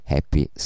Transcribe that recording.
Happy